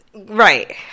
right